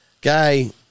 Guy